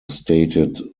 stated